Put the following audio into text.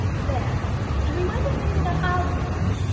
there, and we might have made it up hours ago.